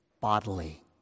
bodily